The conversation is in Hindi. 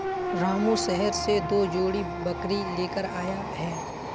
रामू शहर से दो जोड़ी बकरी लेकर आया है